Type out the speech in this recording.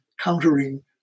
countering